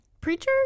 preacher